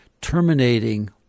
terminating